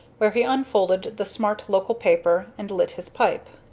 where he unfolded the smart local paper and lit his pipe.